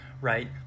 right